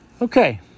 Okay